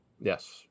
Yes